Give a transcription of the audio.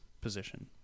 position